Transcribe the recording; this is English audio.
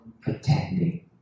pretending